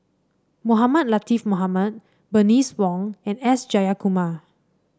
Mohamed Latiff Mohamed Bernice Wong and S Jayakumar